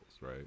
right